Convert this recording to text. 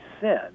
sin